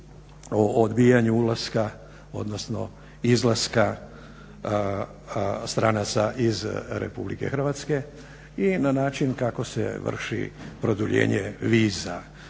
o odbijanju ulaska odnosno izlaska stranaca iz RH i na način kako se vrši produljenje viza.